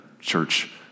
church